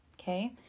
Okay